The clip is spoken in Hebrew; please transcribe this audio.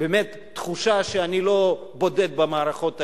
ובאמת תחושה שאני לא בודד במערכות האלה.